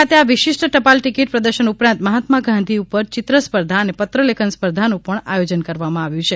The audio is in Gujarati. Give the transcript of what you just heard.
ખાતે આ વિશિષ્ટ ટપાલ ટિકિટ પ્રદર્શન ઉપરાંત મહાત્મા ગાંધી ઉપર ચિત્ર સ્પર્ધા અને પત્ર લેખન સ્પર્ધાનું પણ આયોજન કરવામાં આવ્યું છે